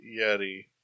yeti